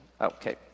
okay